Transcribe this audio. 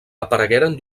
aparegueren